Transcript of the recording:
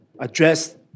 Address